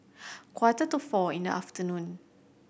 quarter to four in the afternoon